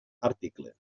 article